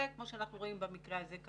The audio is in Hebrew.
וכמו שאנחנו רואים במקרה הזה,